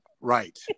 Right